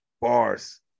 bars